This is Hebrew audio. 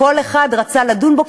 וכל אחד רצה לדון בו,